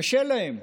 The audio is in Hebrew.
קשה להם.